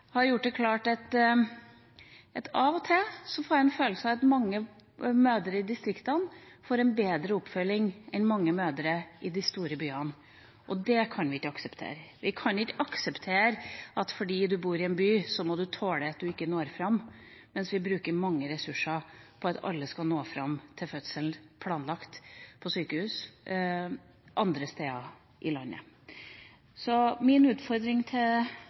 har gjort at jeg av og til får en følelse av at mange mødre i distriktene får en bedre oppfølging enn mange mødre i de store byene, og det kan vi ikke akseptere. Vi kan ikke akseptere at fordi en bor i en by, må en tåle at en ikke når fram, mens vi bruker mange ressurser på at alle skal nå fram til fødsel planlagt på sykehus andre steder i landet. Min utfordring